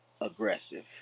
aggressive